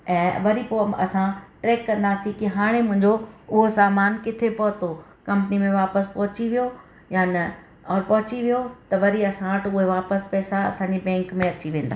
ऐं वरी पोइ असां ट्रेक कंदासीं कि हाणे मुंहिंजो उहो सामान किथे पहुतो कंपनी में वापसि पहुची वियो या न और पहुची वियो त वरी असां वटि उहा वापसि पैसा असांजी बैंक में अची वेंदा